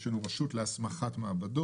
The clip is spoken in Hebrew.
יש לנו רשות להסמכת מעבדות.